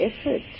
effort